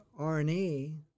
RNA